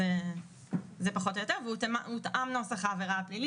זאת החלטת מדיניות ולא כל כך החלטה משפטית.